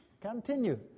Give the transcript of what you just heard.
continue